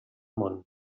món